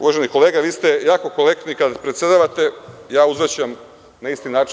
Uvaženi kolega, vi ste jako korektni kada predsedavate, uzvraćam na isti način.